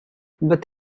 but